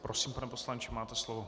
Prosím pane poslanče, máte slovo.